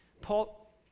Paul